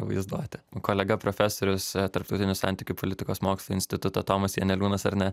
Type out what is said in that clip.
vaizduotę kolega profesorius tarptautinių santykių politikos mokslo instituto tomas janeliūnas ar ne